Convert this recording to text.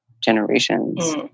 generations